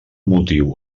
motiu